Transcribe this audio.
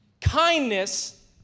kindness